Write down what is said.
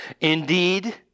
Indeed